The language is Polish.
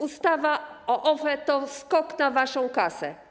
Ustawa o OFE to skok na waszą kasę.